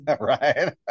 right